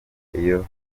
iyo